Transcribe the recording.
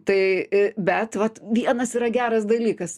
tai bet vat vienas yra geras dalykas